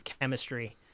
chemistry